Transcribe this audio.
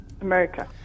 America